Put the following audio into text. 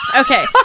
Okay